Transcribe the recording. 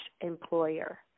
employer